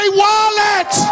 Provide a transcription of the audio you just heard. wallet